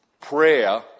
prayer